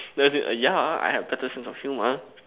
as in err yeah I have better sense of humour